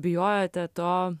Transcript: bijojote to